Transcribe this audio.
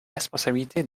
responsabilité